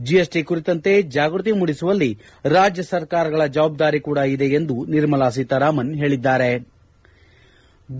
GST ಕುರಿತಂತೆ ಜಾಗೃತಿ ಮೂಡಿಸುವಲ್ಲಿ ರಾಜ್ಞಸರ್ಕಾರಗಳ ಜವಾಬ್ಲಾರಿ ಕೂಡ ಇದೆ ಎಂದು ನಿರ್ಮಲಾ ಸೀತಾರಾಮನ್ ಹೇಳದ್ದಾರೆ